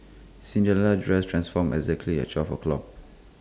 Cinderella's dress transformed exactly at twelve o'clock